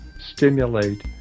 stimulate